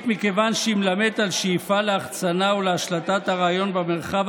לא, לגבי סוגיית הקמתה של מדינה פלסטינית.